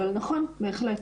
אבל נכון, בהחלט.